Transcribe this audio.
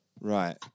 Right